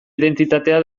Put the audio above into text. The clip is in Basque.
identitatea